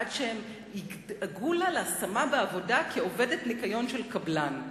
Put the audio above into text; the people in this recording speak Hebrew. עד שידאגו לה להשמה בעבודה כעובדת ניקיון של קבלן,